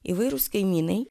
įvairūs kaimynai